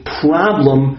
problem